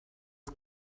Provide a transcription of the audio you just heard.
met